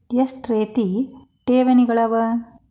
ಎಷ್ಟ ರೇತಿ ಠೇವಣಿಗಳ ಅವ?